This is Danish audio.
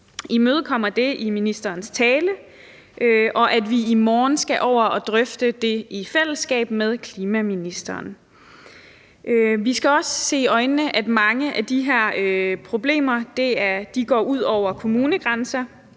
imødekommer det i ministerens tale, og at vi i morgen skal over og drøfte det i fællesskab med klimaministeren. Vi skal også se i øjnene, at mange af de her problemer går ud over kommunegrænser,